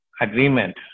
agreement